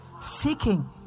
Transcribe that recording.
Seeking